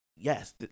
yes